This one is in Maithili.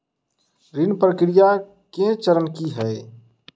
ऋण प्रक्रिया केँ चरण की है?